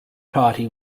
party